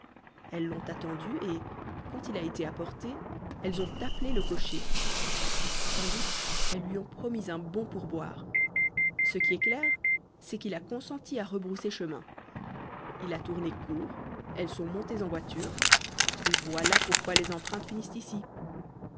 elles l'ont attendu et quand il a été à portée elles ont appelé le cocher sans doute elles lui ont promis un bon pourboire ce qui est clair c'est qu'il a consenti à rebrousser chemin il a tourné court elles sont montées en voiture et voilà pourquoi les empreintes finissent ici